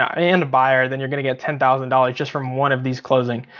and a buyer, then you're gonna get ten thousand dollars just from one of these closing.